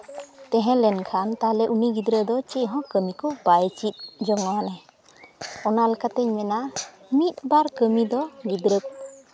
ᱛᱟᱦᱮᱸ ᱞᱮᱱᱠᱷᱟᱱ ᱛᱟᱦᱚᱞᱮ ᱩᱱᱤ ᱜᱤᱫᱽᱨᱟᱹ ᱫᱚ ᱪᱮᱫ ᱦᱚᱸ ᱠᱟᱹᱢᱤ ᱠᱚ ᱵᱟᱭ ᱪᱮᱫ ᱡᱚᱱᱚ ᱟᱱᱮ ᱚᱱᱟ ᱞᱮᱠᱟᱛᱤᱧ ᱢᱮᱱᱟ ᱢᱤᱫ ᱵᱟᱨ ᱠᱟᱹᱢᱤ ᱫᱚ ᱜᱤᱫᱽᱨᱟᱹ